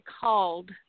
called